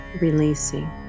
releasing